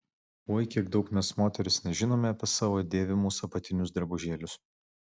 oi kiek daug mes moterys nežinome apie savo dėvimus apatinius drabužėlius